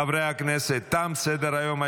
חברי הכנסת, תם סדר-היום.